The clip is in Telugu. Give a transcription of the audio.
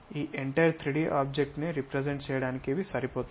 ఈ మొత్తం 3D ఆబ్జెక్ట్ ను రెప్రెసెంట్ చేయడానికి ఇవి సరిపోతాయి